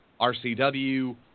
RCW